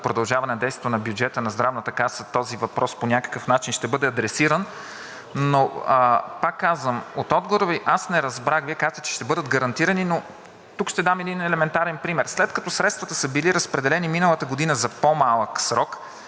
продължаване на действието на бюджета на Здравната каса, този въпрос по някакъв начин ще бъде адресиран. Но пак казвам, от отговора Ви аз не разбрах, а Вие казахте, че ще бъдат гарантирани. Тук ще дам един елементарен пример. След като средствата са били разпределени миналата година за по-малък срок,